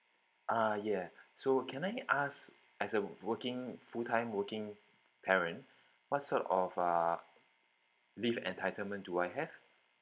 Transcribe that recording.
ah yea so can I ask as a working full time working parent what sort of uh leave entitlement do I have